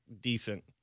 decent